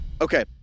Okay